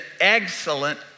excellent